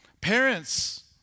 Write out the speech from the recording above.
parents